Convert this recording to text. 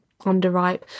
underripe